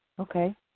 Okay